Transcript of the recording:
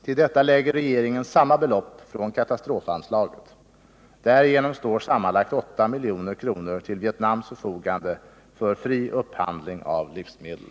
Till detta lägger regeringen samma belopp från katastrofanslaget. Därigenom står sammanlagt 8 milj.kr. till Vietnams förfogande för fri upphandling av livsmedel.